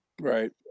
right